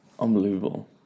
Unbelievable